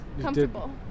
Comfortable